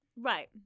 Right